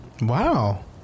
Wow